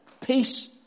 Peace